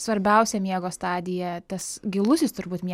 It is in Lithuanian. svarbiausia miego stadija tas gilusis turbūt miegas čia tas pats sinonimas